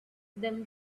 them